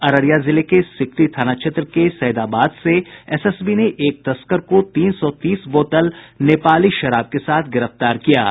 अररिया जिले के सिकटी थाना क्षेत्र के सैदाबाद से एसएसबी ने एक तस्कर को तीन सौ तीस बोतल नेपाली शराब के साथ गिरफ्तार किया है